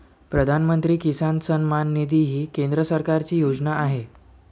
प्रधानमंत्री किसान सन्मान निधी ही केंद्र सरकारची योजना आहे